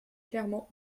clairement